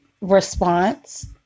response